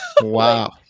Wow